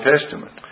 Testament